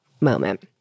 moment